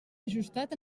ajustat